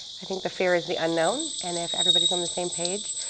i think the fear is the unknown and if everybody's on the same page